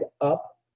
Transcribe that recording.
up